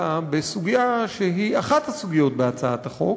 בסוגיה שהיא אחת הסוגיות בהצעת החוק,